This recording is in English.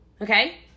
Okay